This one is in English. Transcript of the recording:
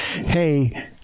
hey